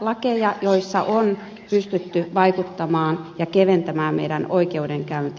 lakeja joilla on pystytty vaikuttamaan ja keventämään oikeudenkäyntiprosesseja